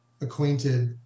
acquainted